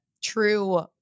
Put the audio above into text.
true